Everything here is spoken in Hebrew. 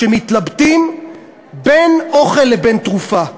שמתלבטים בין אוכל לבין תרופה.